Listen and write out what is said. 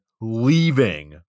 leaving